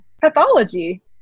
pathology